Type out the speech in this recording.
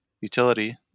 utility